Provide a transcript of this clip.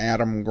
Adam